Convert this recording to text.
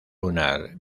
lunar